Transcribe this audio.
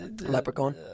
leprechaun